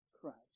Christ